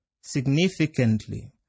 Significantly